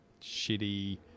shitty